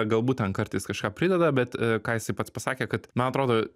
galbūt ten kartais kažką prideda bet ką jisai pats pasakė kad man atrodo